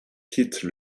quitte